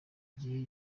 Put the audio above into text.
gihe